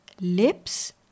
lips